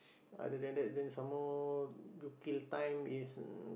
other than that then some more you kill time is